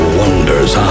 wonders